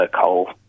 coal